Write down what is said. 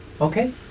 Okay